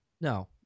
No